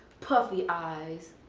puffy eyes,